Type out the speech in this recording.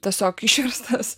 tiesiog išverstas